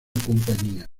compañía